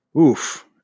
Oof